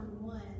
one